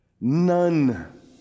none